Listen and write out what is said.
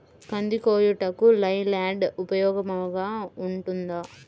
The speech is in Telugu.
కంది కోయుటకు లై ల్యాండ్ ఉపయోగముగా ఉంటుందా?